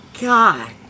God